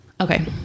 okay